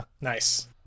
nice